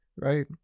right